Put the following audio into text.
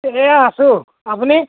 এই আছোঁ আপুনি